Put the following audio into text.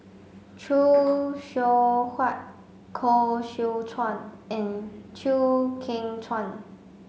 Khoo Seow Hwa Koh Seow Chuan and Chew Kheng Chuan